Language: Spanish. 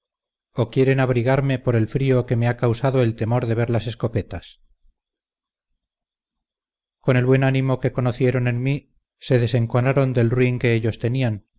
o quieren abrigarme por el frío que me ha causado el temor de ver las escopetas con el buen ánimo que conocieron en mí se desenconaron del ruin que ellos tenían